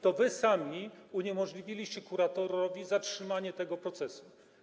To wy sami uniemożliwiliście kuratorowi zatrzymanie tego procesu.